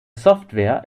software